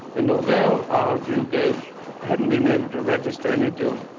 and although our dew gauge hadn't been able to register any dew,